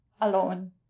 alone